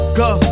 go